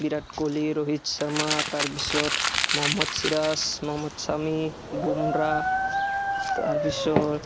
বিৰাট কোহলী ৰোহিত শৰ্মা তাৰপিছত মহম্মদ চিৰাজ মহম্মদ শামী বুমৰাহ তাৰপিছত